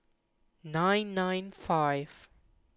nine nine five